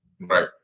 Right